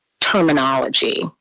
terminology